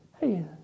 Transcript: hey